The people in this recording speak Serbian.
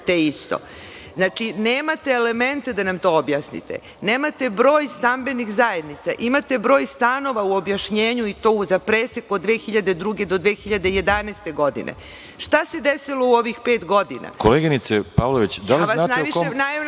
te isto. Znači, nemate elemente da nam to objasnite. Nemate broj stambenih zajednica. Imate broj stanova u objašnjenju, i to za presek od 2002. do 2011. godine. Šta se desilo u ovih pet godina? **Veroljub Arsić** Koleginice Pavlović,